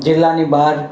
જિલ્લાની બહાર